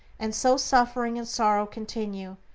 and so suffering and sorrow continue,